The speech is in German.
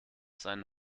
seinen